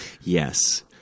Yes